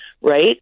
right